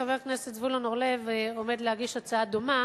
חבר הכנסת זבולון אורלב עומד להגיש הצעה דומה,